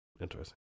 Interesting